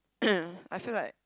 I feel like